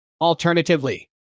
Alternatively